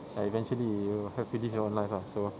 like eventually you have to live your own life ah so